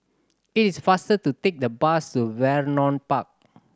it is faster to take the bus to Vernon Park